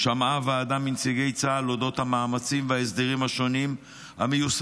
שמעה הוועדה מנציגי צה"ל על אודות המאמצים וההסדרים השונים המיושמים